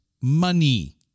money